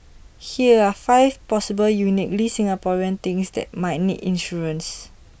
here are five possible uniquely Singaporean things that might need insurance